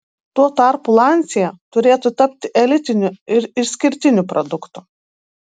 tuo tarpu lancia turėtų tapti elitiniu ir išskirtiniu produktu